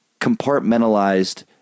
compartmentalized